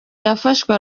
yafashwe